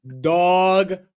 Dog